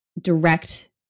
direct